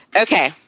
okay